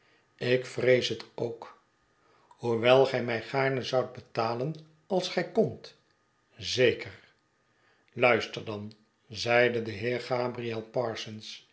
ik vrees het ook hoewel gij mij gaarne zoudt betalen als gij kondt zeker luister dan zeide de heer gabriel parsons